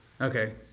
Okay